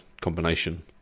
combination